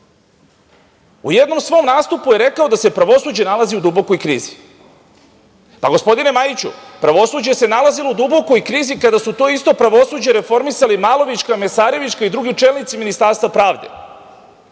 U jednom svom nastupu je rekao da se pravosuđe nalazi u dubokoj krizi. Pa, gospodine Majiću, pravosuđe se nalazilo u dubokoj krizi kada su to isto pravosuđe reformisali Malovića, Mesarevićka i drugi čelnici Ministarstva pravde.